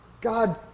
God